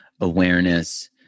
awareness